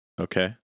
Okay